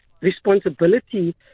responsibility